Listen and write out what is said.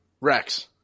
Rex